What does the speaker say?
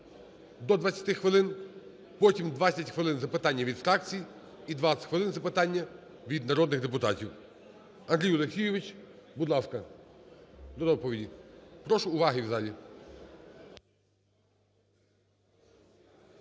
до 20 хвилин, потім 20 хвилин запитання від фракцій і 20 хвилин запитання від народних депутатів. Андрій Олексійович, будь ласка, до доповіді. Прошу уваги в залі.